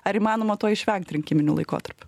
ar įmanoma to išvengt rinkiminiu laikotarpiu